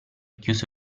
chiuso